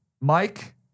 Mike